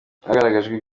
hagaragajwe